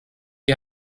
die